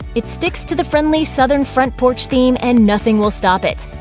it sticks to the friendly southern front porch theme and nothing will stop it.